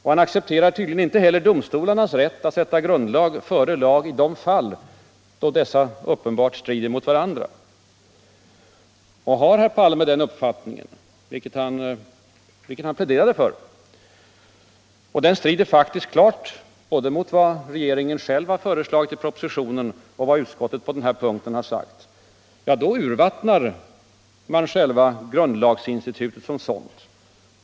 Han accepterar tydligen inte heller domstolarnas rätt att sätta grundlag före lag i de fall då dessa uppenbart strider mot varandra. Har herr Palme den uppfattningen, vilken han pläderar för — och den strider klart både mot vad regeringen själv har föreslagit i propositionen och mot vad utskottet sagt på den här punkten — urvattnas själva grundlagsinstitutet som sådant.